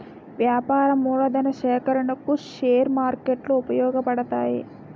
వ్యాపార మూలధన సేకరణకు షేర్ మార్కెట్లు ఉపయోగపడతాయి